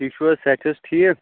ٹھیٖک چھُو حظ صحت چھِ حظ ٹھیٖک